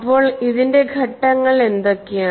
അപ്പോൾ ഇതിന്റെ ഘട്ടങ്ങൾ എന്തൊക്കെയാണ്